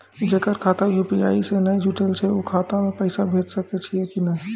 जेकर खाता यु.पी.आई से नैय जुटल छै उ खाता मे पैसा भेज सकै छियै कि नै?